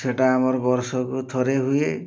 ସେଇଟା ଆମର ବର୍ଷକୁ ଥରେ ହୁଏ